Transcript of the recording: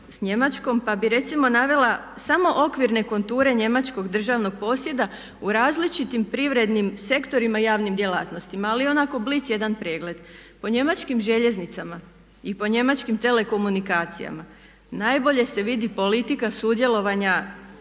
pa bih recimo navela samo okvirne konture njemačkog državnog posjeda u različitim privrednim sektorima i javnim djelatnostima, ali onako blic jedan pregled. Po njemačkim željeznicama i po njemačkim telekomunikacijama najbolje se vidi politika sudjelovanja